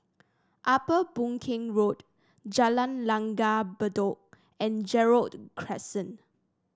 Upper Boon Keng Road Jalan Langgar Bedok and Gerald Crescent